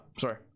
sorry